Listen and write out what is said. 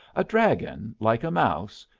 a dragon, like a mouse,